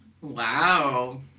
Wow